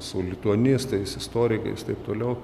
su lituanistais istorikais taip toliau